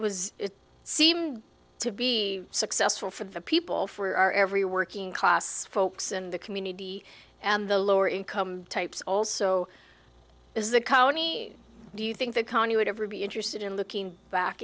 was it seemed to be successful for the people for our every working class folks in the community and the lower income types also is the county do you think the county would ever be interested in looking back